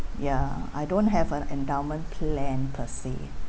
ya I don't have a endowment plan per se